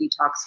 detox